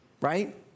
right